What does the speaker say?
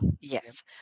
Yes